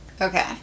Okay